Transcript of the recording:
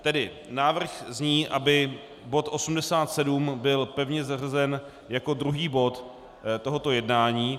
Tedy návrh zní, aby bod 87 byl pevně zařazen jako druhý bod tohoto jednání.